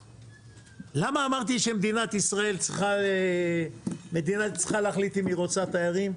למה אמרתי שמדינת ישראל צריכה להחליט אם היא רוצה תיירים?